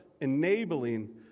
enabling